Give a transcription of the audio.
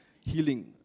healing